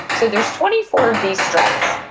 so there's twenty four of these strengths,